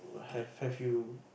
have have you